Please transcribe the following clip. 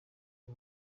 uyu